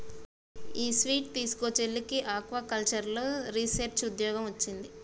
ఈ స్వీట్ తీస్కో, చెల్లికి ఆక్వాకల్చర్లో రీసెర్చ్ ఉద్యోగం వొచ్చింది